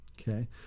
Okay